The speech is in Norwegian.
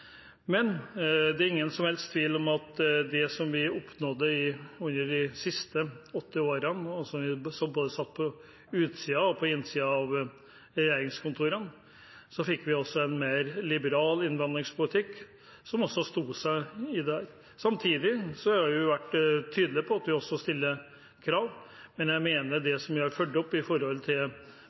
Det er ingen som helst tvil om at det vi oppnådde de siste åtte årene, både da vi satt på utsiden og da vi satt på innsiden av regjeringskontorene, var at vi fikk en mer liberal innvandringspolitikk, som også sto seg i dette. Samtidig har vi vært tydelige på at vi også stiller krav. Men jeg mener vi har fulgt opp med tanke på språk og muligheten til jobb, og at det